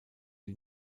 die